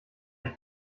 ich